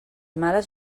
males